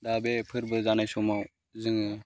दा बे फोरबो जानाय समाव जोङो